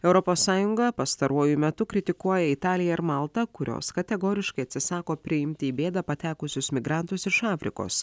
europos sąjunga pastaruoju metu kritikuoja italiją ir maltą kurios kategoriškai atsisako priimti į bėdą patekusius migrantus iš afrikos